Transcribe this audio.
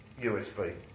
USB